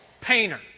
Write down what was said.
painter